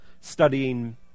studying